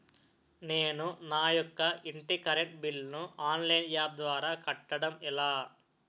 నేను నా యెక్క ఇంటి కరెంట్ బిల్ ను ఆన్లైన్ యాప్ ద్వారా కట్టడం ఎలా?